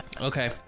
Okay